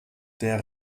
der